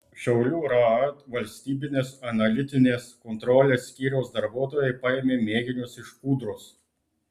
šiaulių raad valstybinės analitinės kontrolės skyriaus darbuotojai paėmė mėginius iš kūdros